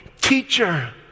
teacher